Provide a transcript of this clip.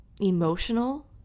emotional